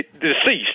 deceased